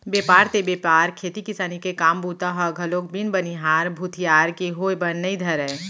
बेपार ते बेपार खेती किसानी के काम बूता ह घलोक बिन बनिहार भूथियार के होय बर नइ धरय